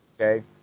Okay